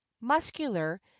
muscular